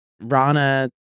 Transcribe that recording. Rana